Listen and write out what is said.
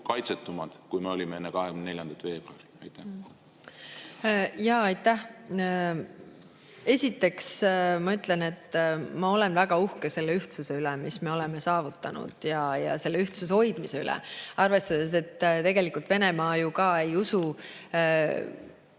kaitsetumad, kui me olime enne 24. veebruari? Aitäh! Esiteks, ma ütlen, et ma olen väga uhke selle ühtsuse üle, mis me oleme saavutanud, ja selle ühtsuse hoidmise üle, arvestades, et tegelikult Venemaa ju ka ei usu